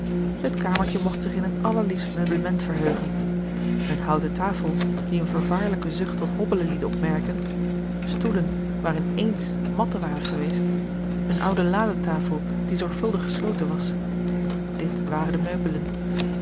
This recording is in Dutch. het kamertje mogt zich in een allerliefst meublement verheugen eene houten tafel die eene vervaarlijke zucht tot hobbelen liet opmerken stoelen waarin eens matten waren geweest eene oude ladetafel die zorgvuldig gesloten was dit waren de meubelen